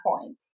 point